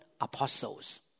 apostles